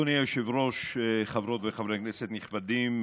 אדוני היושב-ראש, חברות וחברי כנסת נכבדים,